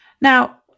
Now